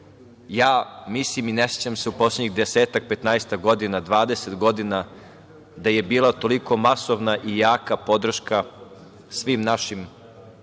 Ja mislim i ne sećam se u poslednjih desetak, petnaestak godina, dvadeset godina, da je bila toliko masovna i jaka podrška svim našim